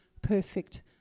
perfect